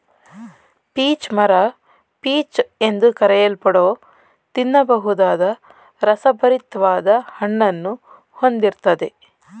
peach ಮರ peach ಎಂದು ಕರೆಯಲ್ಪಡೋ ತಿನ್ನಬಹುದಾದ ರಸಭರಿತ್ವಾದ ಹಣ್ಣನ್ನು ಹೊಂದಿರ್ತದೆ